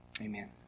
Amen